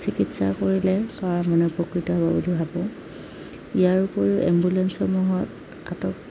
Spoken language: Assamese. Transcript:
চিকিৎসা কৰিলে কাৰ মানে উপকৃত হ'ব বুলি ভাবোঁ ইয়াৰ উপৰিও এম্বুলেঞ্চসমূহত আটক